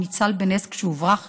הוא ניצל בנס כשהוברח